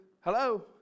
Hello